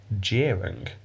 jeering